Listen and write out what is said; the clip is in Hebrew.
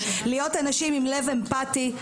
להיות אנשים עם לב אמפטי,